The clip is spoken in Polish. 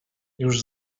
już